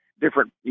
different